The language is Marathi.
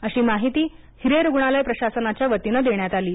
अशी माहिती हिरे रूग्णालय प्रशासनाच्या वतीनं देण्यात आली आहे